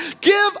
give